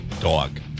dog